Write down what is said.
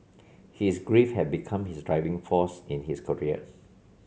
his grief had become his driving force in his career